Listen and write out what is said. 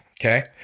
Okay